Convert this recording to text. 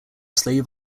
slave